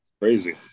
Crazy